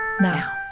now